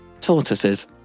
tortoises